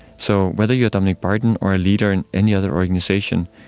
so whether you are dominic barton or a leader in any other organisation,